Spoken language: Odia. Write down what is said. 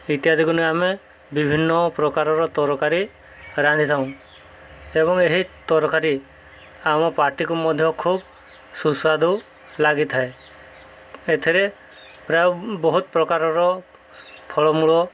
ଇତ୍ୟାଦିକୁ ନେଇ ଆମେ ବିଭିନ୍ନ ପ୍ରକାରର ତରକାରୀ ରାନ୍ଧିଥାଉ ଏବଂ ଏହି ତରକାରୀ ଆମ ପାଟିକୁ ମଧ୍ୟ ଖୁବ ସୁସ୍ୱାଦୁ ଲାଗିଥାଏ ଏଥିରେ ପ୍ରାୟ ବହୁତ ପ୍ରକାରର ଫଳମୂଳ